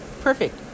perfect